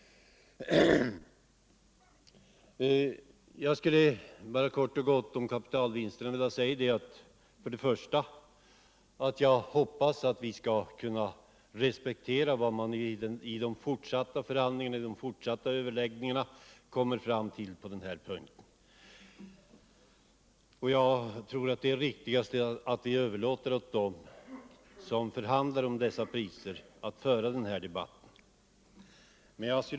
: Jag vill bara helt kort om kapitalvinsterna säga att jag hoppas att vi skall kunna respektera vad man i de fortsatta förhandlingarna kommer fram till på den här punkten. Jag tror att det är mest riktigt att vi överlåter åt dem som förhandlar om priserna att föra den här debatten.